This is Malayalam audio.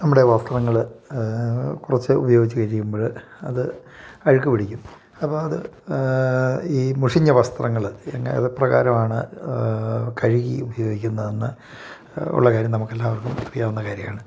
നമ്മുടെ വസ്ത്രങ്ങൾ കുറച്ചു ഉപയോഗിച്ചു കഴിയുമ്പോൾ അത് അഴുക്ക് പിടിക്കും അപ്പം അത് ഈ മുഷിഞ്ഞ വസ്ത്രങ്ങൾ അതെപ്രകാരമാണ് കഴുകി ഉപയോഗിക്കുന്നതെന്ന് ഉള്ള കാര്യം നമുക്ക് എല്ലാവർക്കും അറിയാവുന്ന കാര്യമാണ്